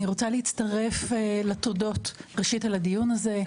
אני מצטרפת לתודות ראשית על הדיון הזה.